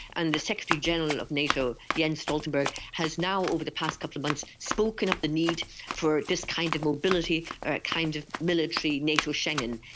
and the secretary general of nato, jens stoltenberg, has now over the past couple of months spoken of the need for this kind of mobility or a kind of military nato schengen.